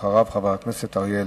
אחריו, חבר הכנסת אריה אלדד.